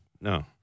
No